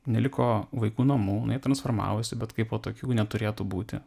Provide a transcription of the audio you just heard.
neliko vaikų namų jinai transformavosi bet kaipo tokių neturėtų būti